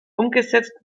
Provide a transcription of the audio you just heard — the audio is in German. umgesetzt